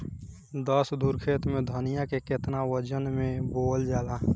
दस धुर खेत में धनिया के केतना वजन मे बोवल जाला?